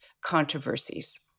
controversies